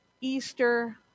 Easter